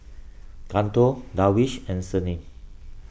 Guntur Darwish and Senin